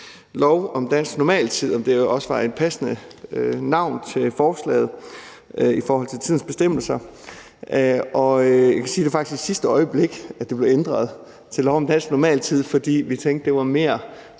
lov om dansk normaltid nu også var et passende navn til forslaget i forhold til lov om tidens bestemmelse. Jeg kan sige, at det faktisk var i sidste øjeblik, at det blev ændret til at hedde lov om dansk normaltid, fordi vi tænkte, at det var mere